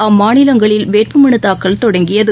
அம்மாநிலங்களில் வேட்புமனுதாக்கல் தொடங்கியது